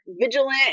vigilant